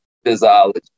Physiology